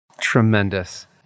Tremendous